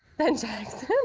than jackson,